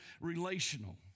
relational